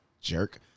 jerk